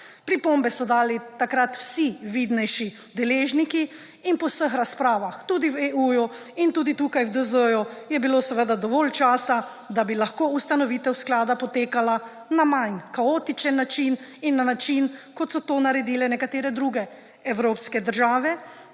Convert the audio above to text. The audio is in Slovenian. Pripombe so dali takrat vsi vidnejši deležniki. In po vseh razpravah, tudi v EU in tudi tukaj v DZ, je bilo seveda dovolj časa, da bi lahko ustanovitev sklada potekala na manj kaotičen način in na način, kot so to naredile nekatere druge evropske države,